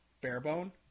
Barebone